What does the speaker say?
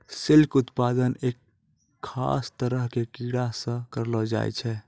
silk उत्पादन एक खास तरह के कीड़ा सॅ करलो जाय छै